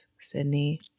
Sydney